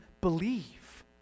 believe